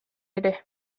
ere